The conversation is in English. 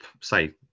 say